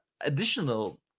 additional